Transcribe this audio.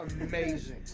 amazing